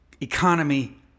economy